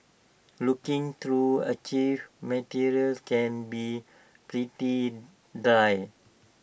looking through archived materials can be pretty dry